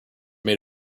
made